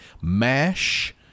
MASH